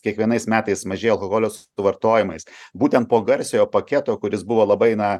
kiekvienais metais mažėjo alkoholio suvartojimais būtent po garsiojo paketo kuris buvo labai na